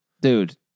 dude